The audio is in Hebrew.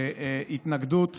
בהתנגדות